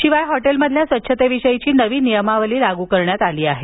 शिवाय हॉटेलमधील स्वच्छतेविषयीची नवी नियमावली लागू करण्यात आली आहे